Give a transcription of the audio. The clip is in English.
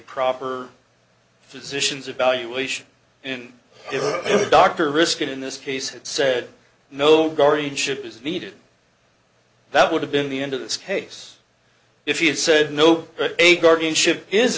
proper physician's evaluation and if the doctor risk in this case had said no guardianship is needed that would have been the end of this case if he had said no a guardianship is